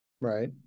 Right